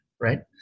right